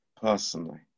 personally